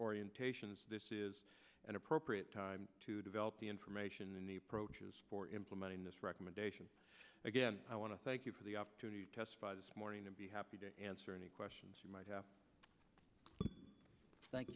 orientations this is an appropriate time to develop the information in the approaches for implementing this recommendation again i want to thank you for the opportunity to testify this morning and be happy to answer any questions you might have thank